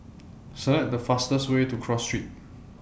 Select The fastest Way to Cross Street